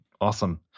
Awesome